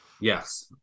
Yes